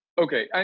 Okay